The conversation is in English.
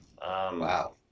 Wow